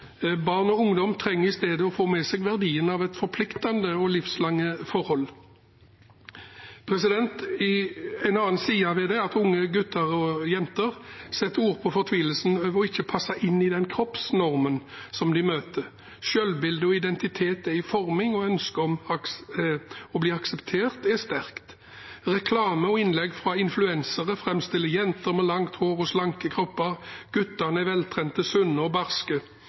Barn og ungdom trenger i stedet å få med seg verdien av forpliktende og livslange forhold. En annen side ved det er at unge gutter og jenter setter ord på fortvilelsen over ikke å passe inn i den kroppsnormen som de møter. Selvbilde og identitet er under forming, og ønsket om å bli akseptert er sterkt. Reklame og innlegg fra influensere framstiller jenter med langt hår og slanke kropper, guttene er veltrente, sunne og barske,